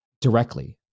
directly